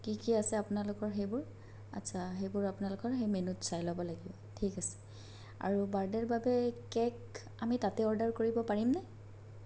কি কি আছে আপোনালোকৰ সেইবোৰ আচ্ছা সেইবোৰ আপোনালোকৰ সেই মেনুত চাই ল'ব লাগিল ঠিক আছে আৰু বাৰ্থডেৰ বাবে কেক আমি তাতেই অৰ্ডাৰ কৰিব পাৰিম নে